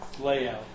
layout